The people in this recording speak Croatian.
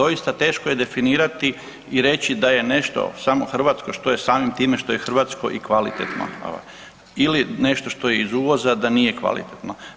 Ovaj doista teško je definirati i reći da je nešto samo hrvatsko što je samim time što je hrvatsko i kvalitetno ili nešto što je iz uvoza da nije kvalitetno.